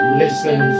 listen